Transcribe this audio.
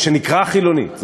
מה שנקרא חילונית,